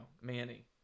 Manny